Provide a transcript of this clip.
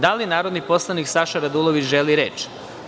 Da li narodni poslanik Saša Radulović želi reč?